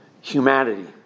humanity